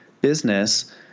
business